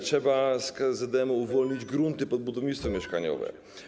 Trzeba uwolnić grunty pod budownictwo mieszkaniowe.